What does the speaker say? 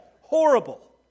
horrible